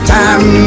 time